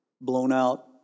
blown-out